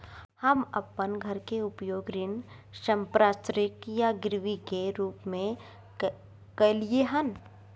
हम अपन घर के उपयोग ऋण संपार्श्विक या गिरवी के रूप में कलियै हन